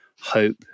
hope